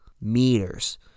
meters